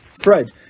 Fred